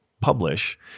publish